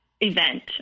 event